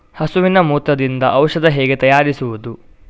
ಹಸುವಿನ ಮೂತ್ರದಿಂದ ಔಷಧ ಹೇಗೆ ತಯಾರಿಸುವುದು?